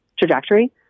trajectory